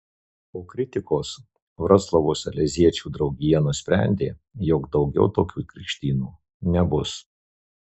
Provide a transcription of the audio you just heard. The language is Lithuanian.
po kritikos vroclavo saleziečių draugija nusprendė jog daugiau tokių krikštynų nebus